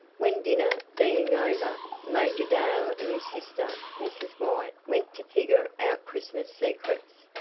when, dinner being over, major dale and his sister, mrs. white, went to figure out christmas secrets,